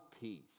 peace